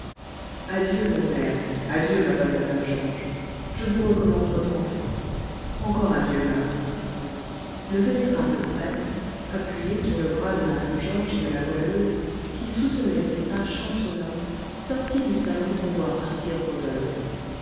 adieu mon père adieu ma bonne madame georges je vous recommande votre enfant encore adieu marie le vénérable prêtre appuyé sur le bras de mme georges et de la goualeuse qui soutenaient ses pas chancelants sortit du salon pour voir partir rodolphe